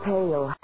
Pale